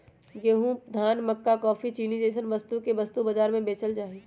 गेंहूं, धान, मक्का काफी, चीनी जैसन वस्तु के वस्तु बाजार में बेचल जा हई